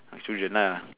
children lah